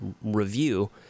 review